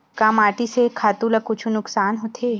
का माटी से खातु ला कुछु नुकसान होथे?